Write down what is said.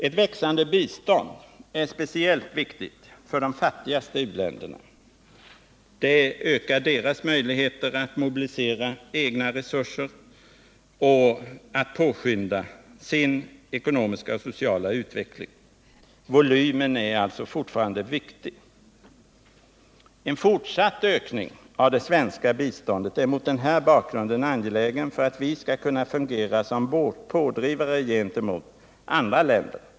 Ett växande bistånd är speciellt viktigt för de fattigaste u-länderna. Det ökar deras möjligheter att mobilisera egna resurser och påskynda den ekonomiska och sociala utvecklingen. Volymen är alltså fortfarande viktig. En fortsatt ökning av det svenska biståndet är mot den bakgrunden angelägen för att vi skall kunna fungera som pådrivare gentemot andra länder.